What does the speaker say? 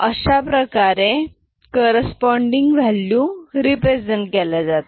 अशा प्रकारे corresponding value represent केल्या जातात